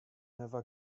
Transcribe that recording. never